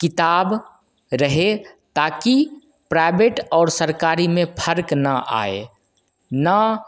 किताब रहे ताकि प्राइबेट और सरकारी में फर्क ना आए ना